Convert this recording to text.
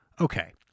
okay